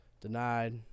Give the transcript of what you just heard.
Denied